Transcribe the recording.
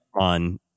on